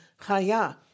chaya